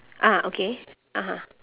ah okay (uh huh)